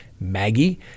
Maggie